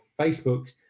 Facebook